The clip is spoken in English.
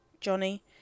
Johnny